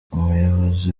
umuyobozi